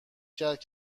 کرد